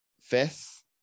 fifth